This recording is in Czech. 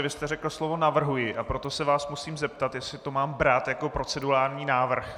Vy jste řekl slovo navrhuji, a proto se vás musím zeptat, jestli to mám brát jako procedurální návrh.